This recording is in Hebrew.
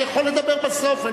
אתה יכול לדבר בסוף.